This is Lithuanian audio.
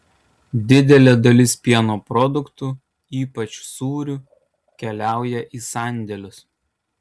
didelė dalis pieno produktų ypač sūrių keliauja į sandėlius